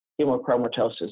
hemochromatosis